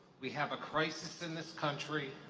we have a crisis in this country.